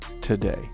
today